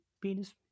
penis